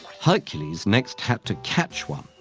hercules next had to catch one,